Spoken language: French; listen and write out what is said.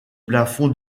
plafonds